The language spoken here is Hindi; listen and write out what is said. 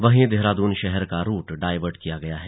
वहीं देहरादून शहर का रूट डायवर्ट भी किया गया है